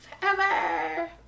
Forever